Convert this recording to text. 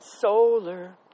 solar